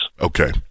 Okay